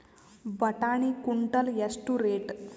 ಬಟಾಣಿ ಕುಂಟಲ ಎಷ್ಟು ರೇಟ್?